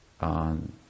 on